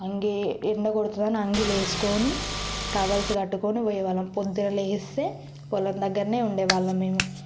అంగీ ఎండ కొడుతుంది అని అంగీ వేసుకుని టవల్స్ కట్టుకుని పోయే వాళ్ళం పొద్దున లేస్తే పొలం దగ్గర్నే ఉండే వాళ్ళం మేము